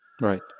Right